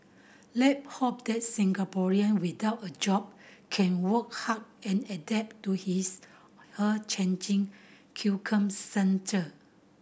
let's hope that Singaporean without a job can work hard and adapt to his or changing